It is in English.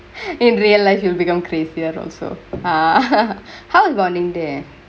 in real life you will become crazy that also haven't runningk there